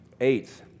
Eighth